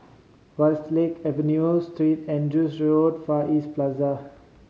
Westlake Avenue Street Andrew's Road Far East Plaza